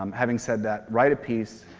um having said that, write a piece,